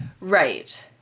right